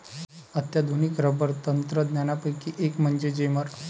अत्याधुनिक रबर तंत्रज्ञानापैकी एक म्हणजे जेमर